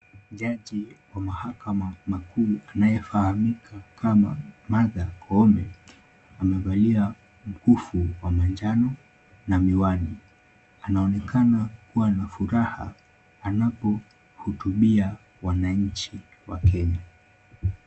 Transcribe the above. Jaji wa mahakama makuu anayefahamika kama Martha Koome amevalia mkufu wa manjano na miwani. Anaonekana kuwa na furaha anapohutubia wananchi wa Kenya.